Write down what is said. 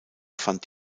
fand